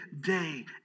day